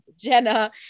Jenna